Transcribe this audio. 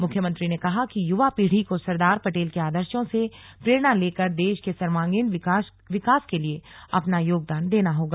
मुख्यमंत्री ने कहा कि युवा पीढ़ी को सरदार पटेल के आदर्शो से प्रेरणा लेकर देश के सर्वागीण विकास के लिए अपना योगदान देना होगा